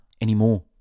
anymore